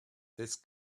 this